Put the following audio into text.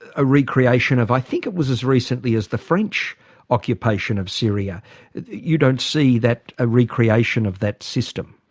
a re-creation of i think it was as recently as the french occupation of syria you don't see that ah re-creation of that system?